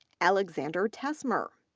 alexander tesmer,